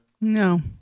No